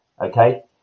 Okay